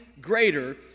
greater